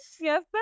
Yes